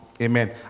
Amen